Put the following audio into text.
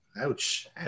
Ouch